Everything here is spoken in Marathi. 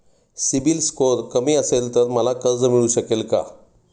सिबिल स्कोअर कमी असेल तर मला कर्ज मिळू शकेल का?